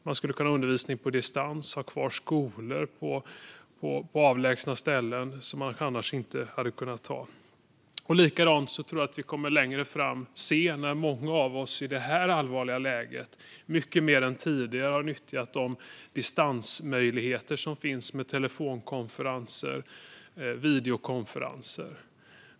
Man skulle kunna ha undervisning på distans och ha kvar skolor på avlägsna ställen som man annars inte hade kunnat ha. Jag tror att vi längre fram kommer att se samma utveckling efter att många av oss i det här allvarliga läget mycket mer än tidigare har nyttjat de distansmöjligheter som finns med telefonkonferenser och videokonferenser.